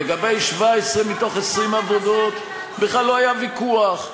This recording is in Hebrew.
לגבי 17 מתוך 20 עבודות בכלל לא היה ויכוח.